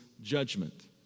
judgment